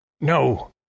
No